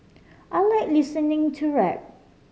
I like listening to rap